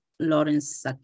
Lawrence